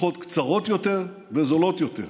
הופכות קצרות יותר וזולות יותר.